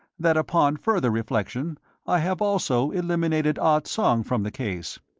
that upon further reflection i have also eliminated ah tsong from the case.